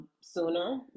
sooner